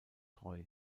treu